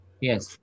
Yes